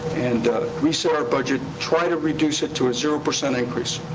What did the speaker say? and reset our budget, try to reduce it to a zero percent increase.